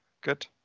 good